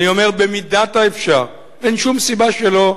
אני אומר, במידת האפשר, אין שום סיבה שלא.